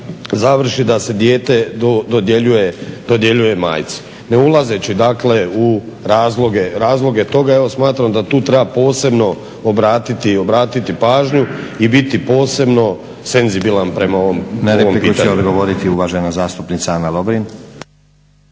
završi da se dijete dodjeljuje majci. Ne ulazeći dakle u razloge toga evo smatram da tu treba posebno obratiti pažnju i biti posebno senzibilan prema ovom pitanju.